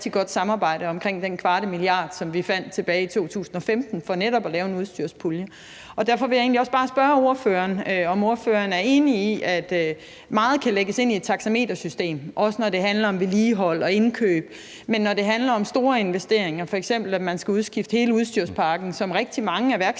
godt samarbejde om de 0,25 mia. kr., som vi fandt tilbage i 2015, for netop at lave en udstyrspulje. Derfor vil jeg egentlig også bare spørge ordføreren, om han er enig i, at meget kan lægges ind i et taxametersystem, også når det handler om vedligehold og indkøb, men når det handler om store investeringer, f.eks. at man skal udskifte hele udstyrspakken, som jo rigtig mange af